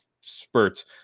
Spurts